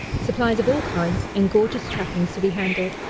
supplies of all kinds, and gorgeous trappings to be handled.